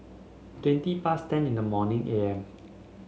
twenty past ten in the morning A M